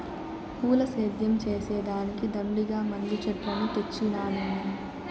పూల సేద్యం చేసే దానికి దండిగా మందు చెట్లను తెచ్చినానమ్మీ